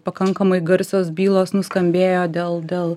pakankamai garsios bylos nuskambėjo dėl dėl